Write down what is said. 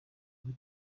muri